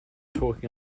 talking